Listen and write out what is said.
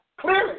Clearly